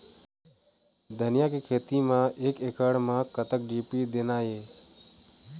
धनिया के खेती म एक एकड़ म कतक डी.ए.पी देना ये?